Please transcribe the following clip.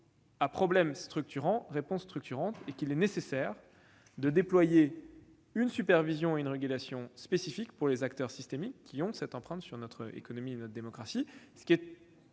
À problème structurant, réponses structurantes : il est nécessaire de déployer une supervision et une régulation spécifiques pour les acteurs systémiques ayant une empreinte sur notre économie et notre démocratie. Cela